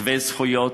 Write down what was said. שווי זכויות,